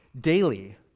daily